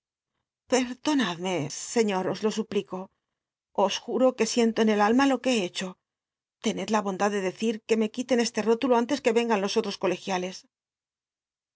me señor os lo suplico os juro que siento en el alma lo que he hecho l'encd la bondad de decir que me quiten este i'óltlio antes que vengan los otros colegiales